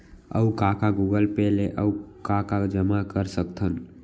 अऊ का का गूगल पे ले अऊ का का जामा कर सकथन?